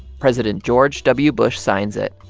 president george w. bush signs it.